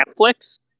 Netflix